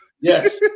Yes